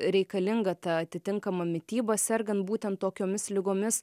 reikalinga ta atitinkama mityba sergant būtent tokiomis ligomis